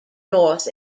north